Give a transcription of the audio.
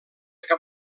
cap